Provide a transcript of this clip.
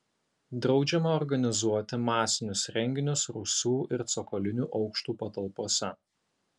draudžiama organizuoti masinius renginius rūsių ir cokolinių aukštų patalpose